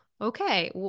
okay